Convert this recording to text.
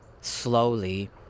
slowly